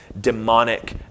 demonic